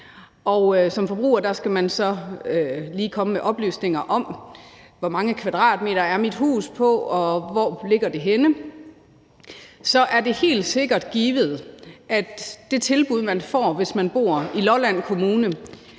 Forbrugeren skal så lige komme med oplysninger om, hvor mange kvadratmeter huset er på, og hvor det ligger henne. Så er det helt sikkert givet, at det tilbud, man får, hvis man bor i Lolland Kommune,